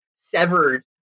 severed